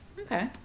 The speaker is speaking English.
okay